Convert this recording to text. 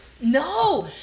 No